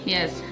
Yes